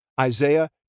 Isaiah